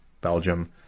Belgium